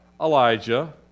Elijah